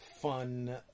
fun